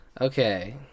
Okay